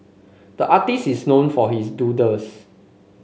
the artist is known for his doodles